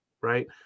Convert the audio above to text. right